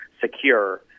secure